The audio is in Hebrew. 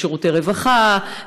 שירותי רווחה,